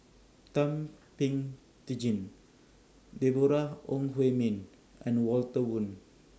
Thum Ping Tjin Deborah Ong Hui Min and Walter Woon